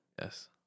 Yes